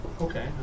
Okay